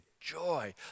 joy